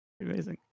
Amazing